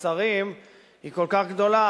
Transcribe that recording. השרים היא כל כך גדולה,